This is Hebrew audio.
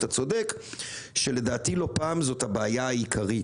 אתה צודק שלדעתי לא פעם זו הבעיה העיקרית.